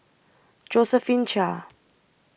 Josephine Chia